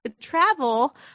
travel